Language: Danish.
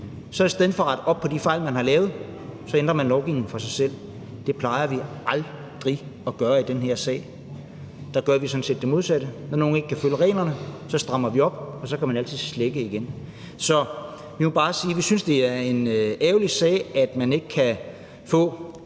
for at rette op på de fejl, man har lavet, ændrer lovgivningen for sig selv. Det plejer vi aldrig at gøre i den her sal, men der gør vi sådan set det modsatte: Når nogen ikke kan følge reglerne, strammer vi op, og så kan man jo altid slække igen. Så vi må bare sige, at vi synes, det er en ærgerlig sag, at man ikke kan få